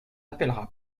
appellera